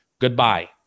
Goodbye